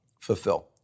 fulfill